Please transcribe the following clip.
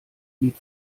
lied